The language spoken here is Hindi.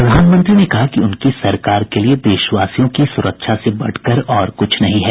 प्रधानमंत्री ने कहा कि उनकी सरकार के लिए देशवासियों की सुरक्षा से बढकर और कुछ नहीं है